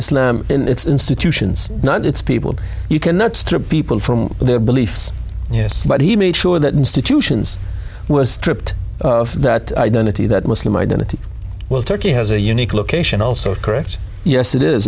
islam in its institutions not its people you cannot strip people from their beliefs but he made sure that institutions were stripped of that identity that muslim identity while turkey has a unique location also correct yes it is